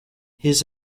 his